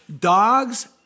Dogs